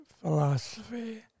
philosophy